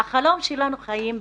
החלום שלנו חיים בריאותיים.